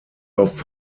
auf